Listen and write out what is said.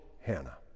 Hannah